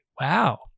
wow